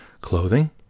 clothing